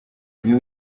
ibi